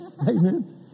Amen